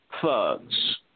thugs